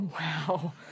Wow